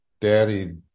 daddy